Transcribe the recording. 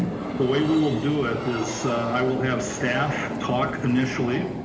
the way we will do it is i will have staff talk initially,